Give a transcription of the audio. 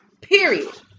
Period